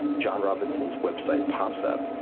john robinson's website pops up.